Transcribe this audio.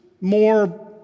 more